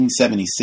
1876